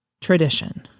tradition